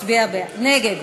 נגד.